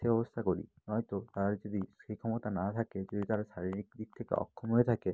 সে ব্যবস্থা করি নয়তো তার যদি সেই ক্ষমতা না থাকে যদি তারা শারীরিক দিক থেকে অক্ষম হয়ে থাকে